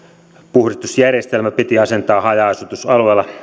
puhdistusjärjestelmä piti asentaa haja asutusalueilla